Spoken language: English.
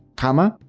kama,